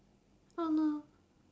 oh no